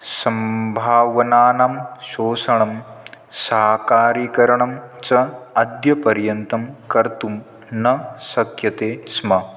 सम्भावनानां शोषणं साकारीकरणं च अद्यपर्यन्तं कर्तुं न शक्यते स्म